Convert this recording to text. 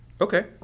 Okay